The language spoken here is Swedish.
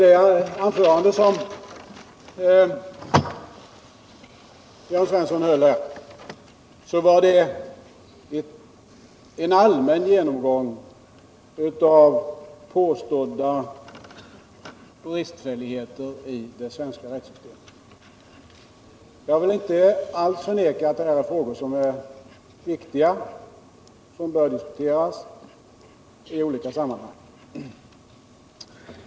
Det anförande som Jörn Svensson höll här var en allmän genomgång av påstådda bristfälligheter i det svenska rättssystemet. Jag vill inte alls förneka att det är frågor som är viktiga och som bör diskuteras i olika sammanhang.